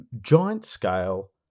giant-scale